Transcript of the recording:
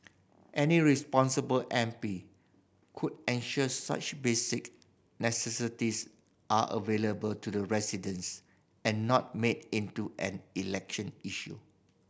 any responsible M P could ensure such basic necessities are available to the residents and not made into an election issue